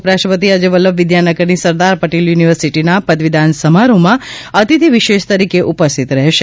ઉપરાષ્ટ્રપતિ આજે વલ્લભવિદ્યાનગરની સરદાર પટેલ યુનિવર્સિટીના પદવીદાન સમારોહમાં અતિથી વિશેષ તરીકે ઉપસ્થિત રહેશે